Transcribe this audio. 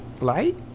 light